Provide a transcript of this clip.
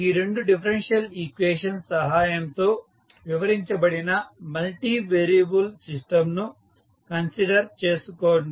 ఈ రెండు differential equations సహాయంతో వివరించబడిన మల్టీ వేరియబుల్ సిస్టంను కన్సిడర్ చేసుకోండి